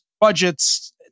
budgets